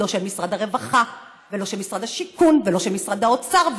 לא של משרד הרווחה ולא של משרד השיכון ולא של משרד האוצר,